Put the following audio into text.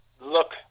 look